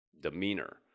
demeanor